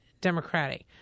Democratic